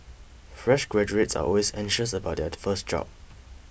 fresh graduates are always anxious about their first job